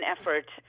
effort